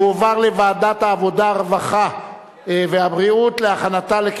לוועדת העבודה, הרווחה והבריאות נתקבלה.